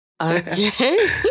Okay